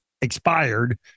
expired